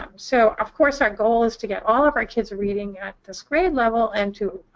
um so of course our goal is to get all of our kids reading at this grade level, and to